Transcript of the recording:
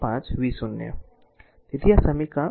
5 v0 તેથી આ સમીકરણ 2 છે